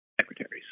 Secretaries